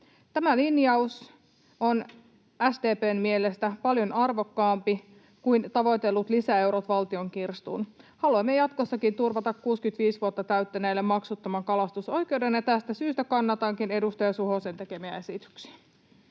Tämä linjaus on SDP:n mielestä paljon arvokkaampi kuin tavoitellut lisäeurot valtion kirstuun. Haluamme jatkossakin turvata 65 vuotta täyttäneille maksuttoman kalastusoikeuden, ja tästä syystä kannatankin edustaja Suhosen tekemiä esityksiä.